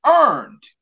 earned